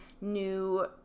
new